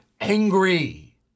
angry